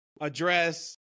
address